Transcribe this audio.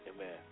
Amen